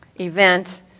event